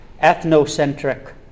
ethnocentric